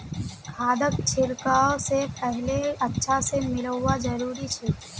खादक छिड़कवा स पहले अच्छा स मिलव्वा जरूरी छ